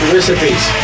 Recipes